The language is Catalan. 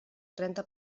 trenta